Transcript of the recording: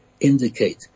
indicate